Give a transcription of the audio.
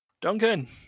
Duncan